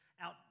out